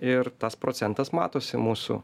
ir tas procentas matosi mūsų